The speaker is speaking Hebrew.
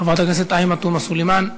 חברת הכנסת עאידה תומא סלימאן,